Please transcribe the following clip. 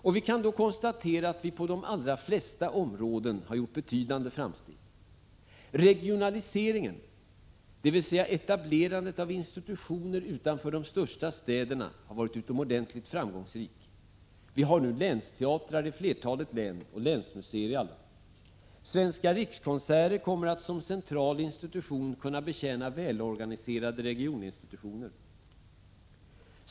Och vi kan då konstatera att vi på de allra flesta områden har gjort betydande framsteg. Regionaliseringen, dvs. etablerandet av institutioner utanför de största städerna, har varit utomordentligt framgångsrik. Vi har nu länsteatrar i flertalet län och länsmuseer i alla. Svenska Rikskonserter kommer att som central institution kunna betjäna välorganiserade regioninstitutioner.